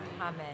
Amen